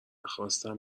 خواستم